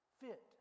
fit